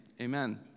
amen